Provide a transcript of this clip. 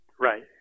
Right